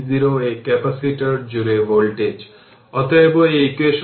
ধরুন একটি ক্যাপাসিটর জুড়ে একটি DC ভোল্টেজ সংযোগ করুন তবে ক্যাপাসিটর চার্জ হবে